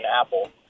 apple